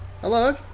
Hello